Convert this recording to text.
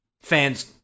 fans